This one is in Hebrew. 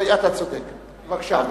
בבקשה.